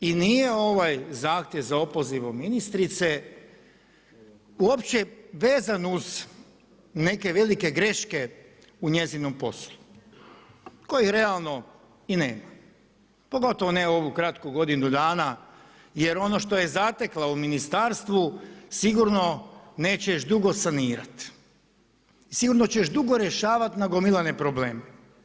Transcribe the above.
I nije ovaj zahtjev za opozivom ministrice uopće vezan uz neke velike greške u njezinom poslu koje realno i nema, pogotovo ne ovu kratku godinu dana jer ono što je zatekla u ministarstvu sigurno neće još dugo sanirati, sigurno će još dugo rješavati nagomilane probleme.